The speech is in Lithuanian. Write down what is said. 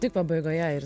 ti pabaigoje ir